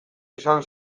izan